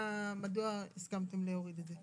מדוע הסכמתם להוריד את זה?